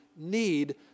Need